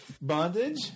Bondage